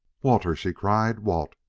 walter! she cried! walt!